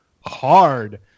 hard